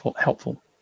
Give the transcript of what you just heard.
helpful